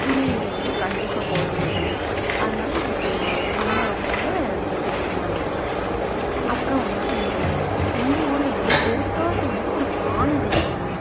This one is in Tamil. துணிகளையும் வந்து கண்டிப்பாக போட மாட்டாங்க அதனால் இது ம ரொம்ப ரொம்ப ரொம்ப வித்தியாசமானது தான் அப்புறம் வந்து இந்த எங்கள் ஊரில் வந்து கோத்தாஸ் வந்து ஒரு பானை செய்வாங்க